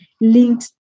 linked